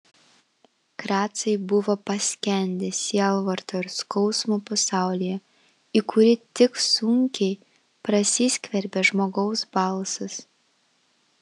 kracai buvo paskendę sielvarto ir skausmo pasaulyje į kurį tik sunkiai prasiskverbė žmogaus balsas